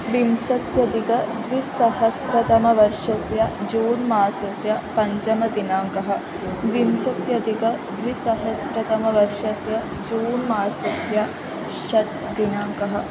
विंशत्यधिक द्विसहस्रतमवर्षस्य जून् मासस्य पञ्चमदिनाङ्कः विंशत्यधिक द्विसहस्रतमवर्षस्य जून् मासस्य षट् दिनाङ्कः